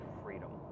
freedom